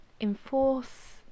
enforce